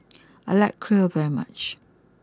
I like Kheer very much